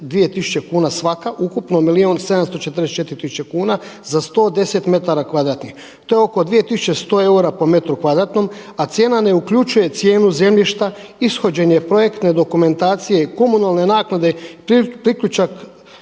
tisuće kuna svaka, ukupno milijun 744 tisuće kuna za 110 metara kvadratnih, to je oko 2100 eura po metru kvadratnom a cijena ne uključuje cijenu zemljišta, ishođene projektne dokumentacije i komunalne naknade, priključak